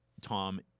Tom